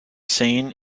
seen